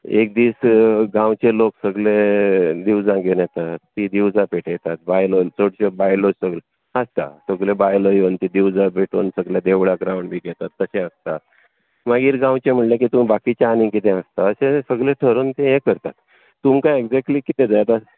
एक दीस गांवचे लोक सगले दिवजां घेवन येतात तीं दिवजां पेटयतात बायलो चडश्यो बायलो सग आत्तां सगल्यो बायल्यो येवन तीं दिवजां पेटोवन सगले देवळाक रावण्ड बी घेतात तशें आसता मागीर गांवचें म्हळ्ळें की तूं बाकीचें आनी कितें आसता अशें सगलें थारावन ते हें करतात तुमकां एग्जॅक्ली कितें जाय आतां